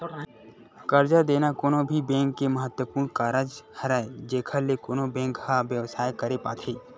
करजा देना कोनो भी बेंक के महत्वपूर्न कारज हरय जेखर ले कोनो बेंक ह बेवसाय करे पाथे